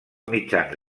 mitjans